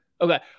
okay